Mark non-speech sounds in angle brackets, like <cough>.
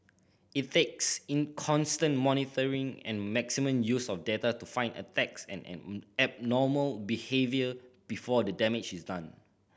it takes inconstant monitoring and maximum use of data to find attacks and <unintelligible> abnormal behaviour before the damage is done